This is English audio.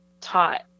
taught